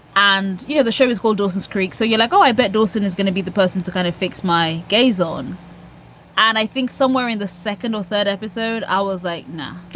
and, you know, the show was called dawson's creek. so you're like, oh, i bet dawson is gonna be the person to kind of fix my gay zone and i think somewhere in the second or third episode, i was like, no,